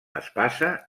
espasa